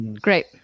Great